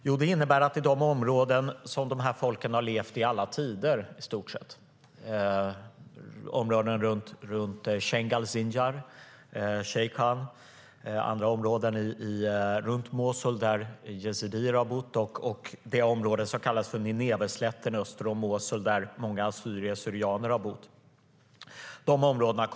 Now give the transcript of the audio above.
Jo, det innebär att de områden där dessa folk har levt i stort sett i alla tider kontrolleras av Islamiska staten i dag. Det är områden runt Shingal/Sinjar, Sheikhan och andra områden runt Mosul där yazidier har bott, samt det område som kallas Nineveslätten öster om Mosul där många assyrier och syrianer har bott.